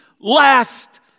last